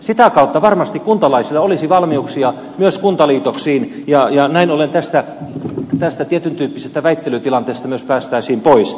sitä kautta varmasti kuntalaisilla olisi valmiuksia myös kuntaliitoksiin ja näin ollen tästä tietyntyyppisestä väittelytilanteesta myös päästäisiin pois